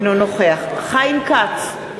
אינו נוכח חיים כץ,